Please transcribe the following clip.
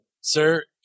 sir